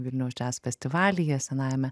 vilniaus jazz festivalyje senajame